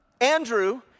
Andrew